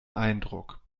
eindruck